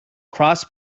cross